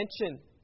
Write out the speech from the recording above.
attention